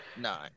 nine